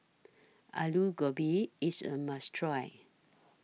Aloo Gobi IS A must Try